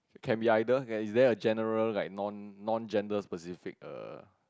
can be either is there a general like non non gender specific err